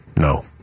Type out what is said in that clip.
No